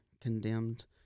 condemned